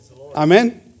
Amen